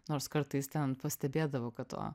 nors kartais ten pastebėdavo kad o